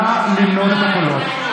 נא למנות את הקולות.